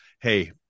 hey—